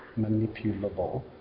manipulable